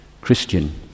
Christian